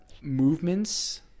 movements